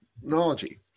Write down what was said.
technology